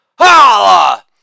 Holla